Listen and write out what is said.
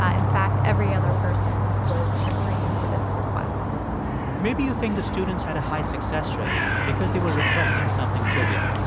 ah in fact, every other person was agreeing to this request maybe you think the students had a high success rate because they were requesting something trivial.